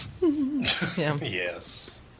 yes